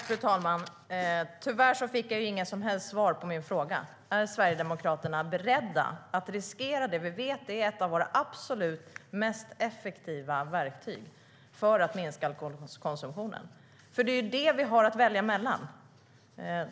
Fru talman! Tyvärr fick jag inget som helst svar på min fråga: Är Sverigedemokraterna beredda att riskera det vi vet är ett av våra absolut effektivaste verktyg för att minska alkoholkonsumtionen? Det är ju detta vi har att välja på.